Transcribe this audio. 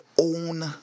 own